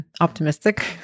optimistic